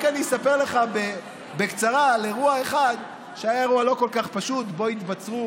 אני רק אספר לך בקצרה על אירוע אחד שהיה אירוע לא כל כך פשוט שבו התבצרו